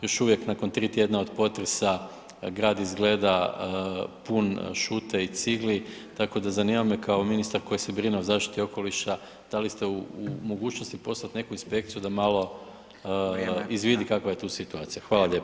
Još uvijek nakon 3 tjedna od potresa grad izgleda pun šute i cigli, tako da zanima me kao ministar koji se brine o zaštiti okoliša da li ste u mogućnosti poslati neku inspekciju da malo izvidi kakva je tu situacija?